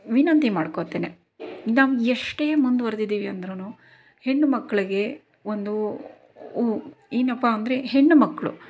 ವಿನಂತಿ ಮಾಡ್ಕೋತೇನೆ ನಾವು ಎಷ್ಟೇ ಮುಂದುವರಿದಿದ್ದೀವಿ ಅಂದರೂನು ಹೆಣ್ಣುಮಕ್ಕಳಿಗೆ ಒಂದು ಊ ಏನಪ್ಪ ಅಂದರೆ ಹೆಣ್ಣುಮಕ್ಕಳು